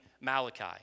Malachi